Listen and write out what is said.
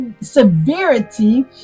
severity